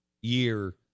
year